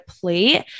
plate